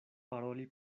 paroli